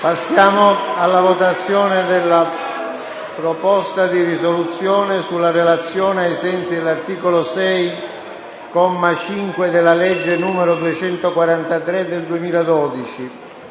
Procediamo alla votazione della Proposta di risoluzione alla relazione ai sensi dell'articolo 6, comma 5, della legge n. 243 del 2012.